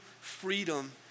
freedom